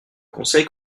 conseil